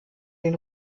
den